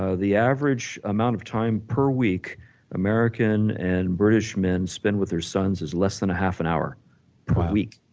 ah the average amount of time per week american and british men spend with their sons is less than half an hour per week.